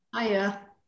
Hiya